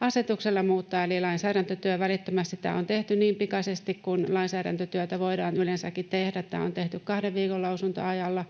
asetuksella muuttaa. Eli lainsäädäntötyö käynnistettiin välittömästi. Tämä on tehty niin pikaisesti kuin lainsäädäntötyötä voidaan yleensäkin tehdä. Tämä on tehty kahden viikon lausuntoajalla.